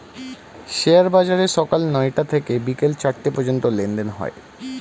share বাজারে সকাল নয়টা থেকে বিকেল চারটে পর্যন্ত লেনদেন হয়